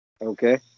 Okay